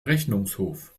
rechnungshof